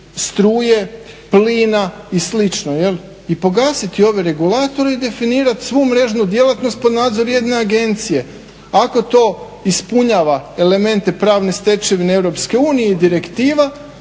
struje, plina i slično i pogasiti ove regulatore i definirat svu mrežnu djelatnost pod nadzor jedne agencije. Ako to ispunjava elemente pravne stečevine Europske